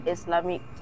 Islamic